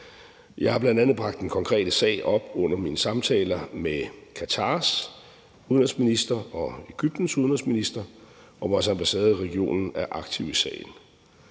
Jeg har bl.a. bragt den konkrete sag op under mine samtaler med Qatars udenrigsminister og Egyptens udenrigsminister, og vores ambassade i regionen er aktiv i sagen.